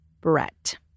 Brett